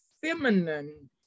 feminine